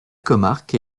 comarque